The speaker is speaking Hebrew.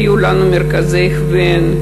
היו לנו מרכזי הכוון,